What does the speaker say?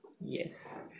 Yes